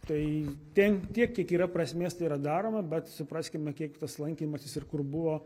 tai ten tiek kiek yra prasmės tai yra daroma bet supraskime kiek tas lankymasis ir kur buvo